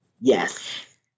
Yes